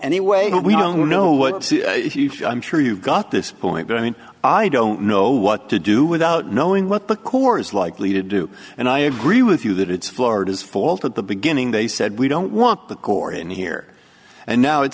anyway we don't know what i'm sure you've got this point but i mean i don't know what to do without knowing what the court is likely to do and i agree with you that it's florida's fault at the beginning they said we don't want the court in here and now it